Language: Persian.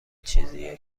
چیزیه